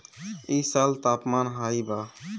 इ साल तापमान हाई बा